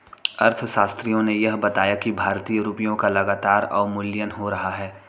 अर्थशास्त्रियों ने यह बताया कि भारतीय रुपयों का लगातार अवमूल्यन हो रहा है